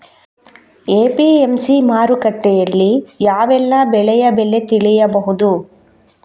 APMC ಮಾರುಕಟ್ಟೆಯಲ್ಲಿ ಯಾವೆಲ್ಲಾ ಬೆಳೆಯ ಬೆಲೆ ತಿಳಿಬಹುದು?